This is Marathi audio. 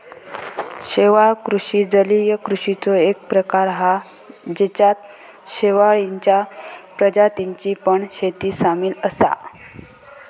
शेवाळ कृषि जलीय कृषिचो एक प्रकार हा जेच्यात शेवाळींच्या प्रजातींची पण शेती सामील असा